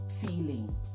feeling